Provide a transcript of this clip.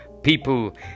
people